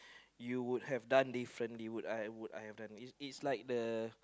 you would have done differently would I would I have done it's like the